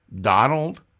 Donald